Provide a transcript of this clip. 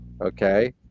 okay